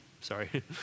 Sorry